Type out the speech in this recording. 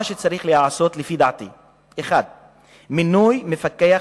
מה שצריך להיעשות לדעתי הוא: 1. מינוי מפקח